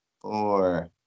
four